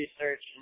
research